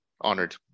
Honored